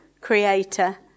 Creator